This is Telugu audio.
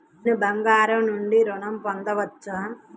నేను బంగారం నుండి ఋణం పొందవచ్చా?